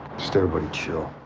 just everybody chill.